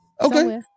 Okay